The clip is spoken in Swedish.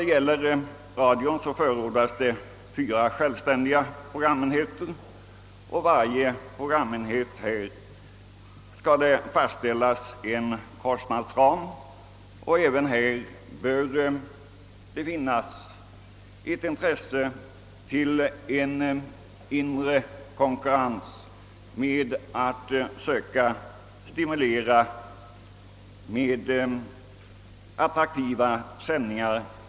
Sammanlagt enligt förslaget skall det bli sex självständiga programenheter. För varje programenhet skall en kostnadsram fastställas. Här bör det finnas intresse för en inre konkurrens som stimulerar till i olika avseenden attraktiva sändningar.